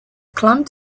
climbed